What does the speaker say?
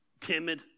timid